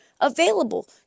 available